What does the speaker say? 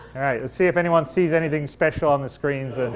alright, we'll see if anyone sees anything special on the screens. and